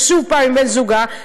ושוב עם בן זוגה,